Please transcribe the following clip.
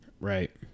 Right